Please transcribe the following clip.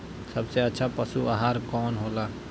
सबसे अच्छा पशु आहार कवन हो ला?